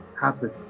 happen